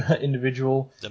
individual